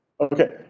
Okay